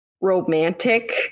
romantic